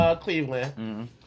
Cleveland